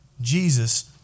Jesus